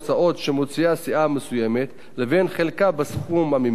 שמוציאה סיעה מסוימת לבין חלקה בסכום המימון,